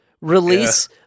release